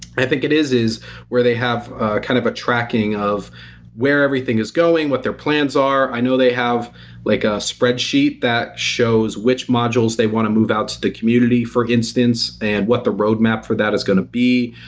i think it is is where they have a kind of a tracking of where everything is going, what their plans are. i know they have like a spreadsheet that shows which modules they want to move out to the community for instance and what the roadmap for that is going to be.